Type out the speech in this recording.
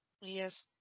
Yes